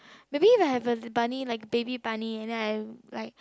maybe like I have a v~ bunny like baby bunny and then I like